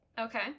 Okay